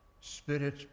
spirit